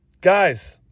Guys